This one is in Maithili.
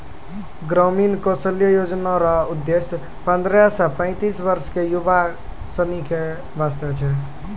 ग्रामीण कौशल्या योजना रो उद्देश्य पन्द्रह से पैंतीस वर्ष के युवक सनी के वास्ते छै